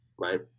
Right